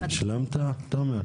השלמת, תומר?